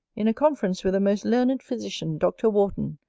in a conference with a most learned physician, dr. wharton,